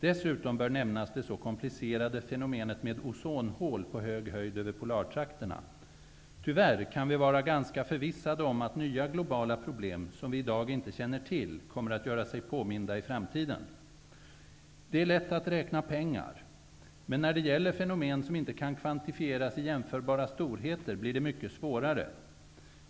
Dessutom bör nämnas det så komplicerade fenomenet med ozonhål på hög höjd över polartrakterna. Tyvärr kan vi vara ganska förvissade om att nya globala problem, som vi i dag inte känner till, kommer att göra sig påminda i framtiden. Det är lätt att räkna pengar, men när det gäller fenomen som inte kan kvantifieras i jämförbara storheter blir det mycket svårare.